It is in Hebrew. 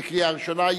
קריאה ראשונה.